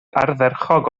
ardderchog